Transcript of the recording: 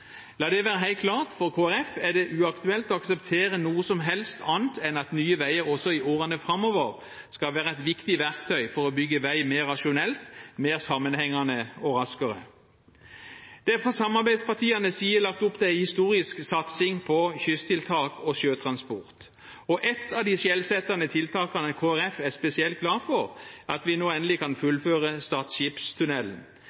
La det være helt klart: For Kristelig Folkeparti er det uaktuelt å akseptere noe som helst annet enn at Nye Veier også i årene framover skal være et viktig verktøy for å bygge vei mer rasjonelt, mer sammenhengende og raskere. Det er fra samarbeidspartienes side lagt opp til en historisk satsing på kysttiltak og sjøtransport, og et av de skjellsettende tiltakene Kristelig Folkeparti er spesielt glad for, er at vi nå endelig kan